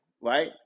right